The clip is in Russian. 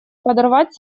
подорвать